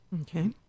Okay